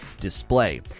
display